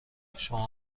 شما